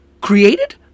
created